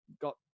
got